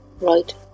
right